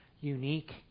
unique